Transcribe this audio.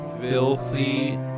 filthy